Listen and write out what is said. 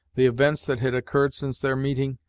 the events that had occurred since their meeting,